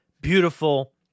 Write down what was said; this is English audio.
beautiful